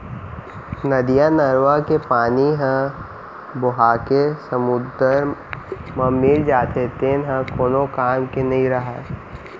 नदियाँ, नरूवा के पानी ह बोहाके समुद्दर म मिल जाथे तेन ह कोनो काम के नइ रहय